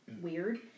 weird